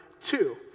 two